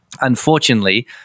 unfortunately